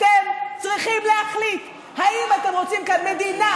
אתם צריכים להחליט אם אתם רוצים כאן מדינה